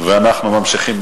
ואנחנו ממשיכים.